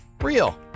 Real